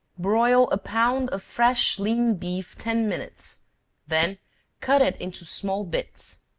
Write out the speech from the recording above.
broil a pound of fresh lean beef ten minutes then cut it into small bits,